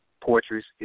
portraits